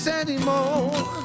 anymore